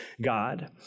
God